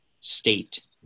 state